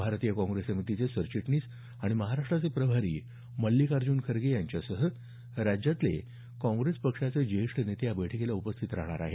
भारतीय काँग्रेस समितीचे सरचिटणीस आणि महाराष्टाचे प्रभारी मल्लिकार्जून खर्गे यांच्यासह राज्यातले काँप्रेस पक्षाचे ज्येष्ठ नेते या बैठकीला उपस्थित राहणार आहेत